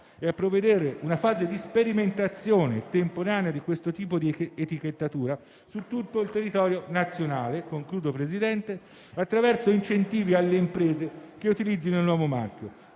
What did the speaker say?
e prevedere una fase di sperimentazione temporanea di questo tipo di etichettatura su tutto il territorio nazionale, attraverso incentivi alle imprese che utilizzino il nuovo marchio.